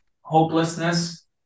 hopelessness